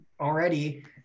already